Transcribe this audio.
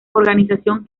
organización